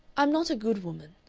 i'm not a good woman.